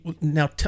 now